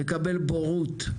בורות,